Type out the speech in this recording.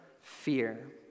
fear